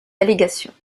allégations